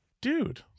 Dude